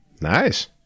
Nice